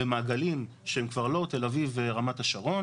במעגלים שהם כבר לא תל אביב, רמת השרון.